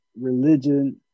Religion